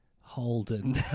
Holden